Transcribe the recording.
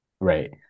right